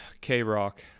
K-Rock